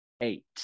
eight